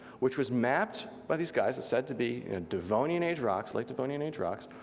which was mapped by these guys and said to be devonian age rocks, like devonian age rocks,